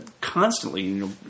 constantly